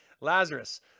Lazarus